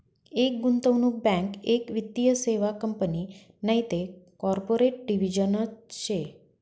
एक गुंतवणूक बँक एक वित्तीय सेवा कंपनी नैते कॉर्पोरेट डिव्हिजन शे